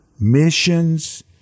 missions